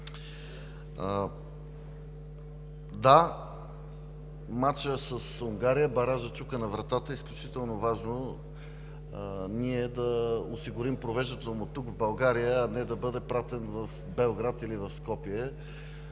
Да, мачът с Унгария. Баражът чука на вратата, изключително важно е ние да осигурим провеждането му в България, а не да бъде пратен в Белград или в Скопие